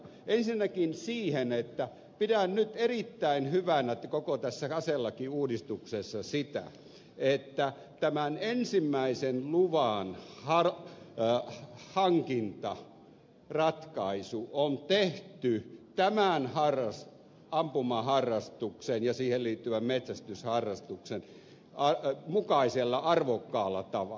ensinnäkin siihen että pidän nyt erittäin hyvänä koko tässä aselakiuudistuksessa sitä että tämän ensimmäisen luvan hankintaratkaisu on tehty tämän ampumaharrastuksen ja siihen liittyvän metsästysharrastuksen mukaisella arvokkaalla tavalla